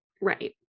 Right